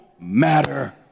matter